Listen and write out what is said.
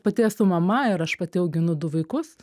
pati esu mama ir aš pati auginu du vaikus